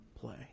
play